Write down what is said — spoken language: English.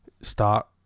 start